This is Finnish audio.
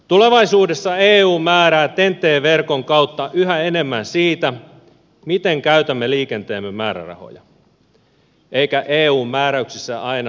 tulevaisuudessa eu määrää ten t verkon kautta yhä enemmän siitä miten käytämme liikenteemme määrärahoja eikä eun määräyksissä aina ole järkeä